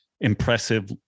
impressive